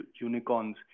unicorns